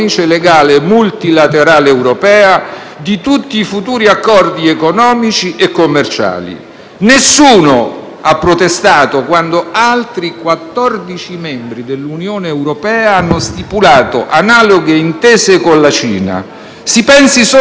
Nessuno ha protestato quando altri 14 membri dell'Unione europea hanno stipulato analoghe intese con la Cina. Si pensi solo a quella greca sul porto del Pireo o quando la Germania - pensate, la Germania